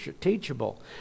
teachable